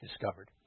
discovered